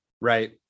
Right